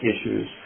issues